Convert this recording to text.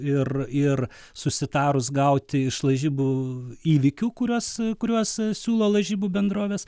ir ir susitarus gauti iš lažybų įvykių kuriuos kuriuos siūlo lažybų bendrovės